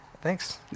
Thanks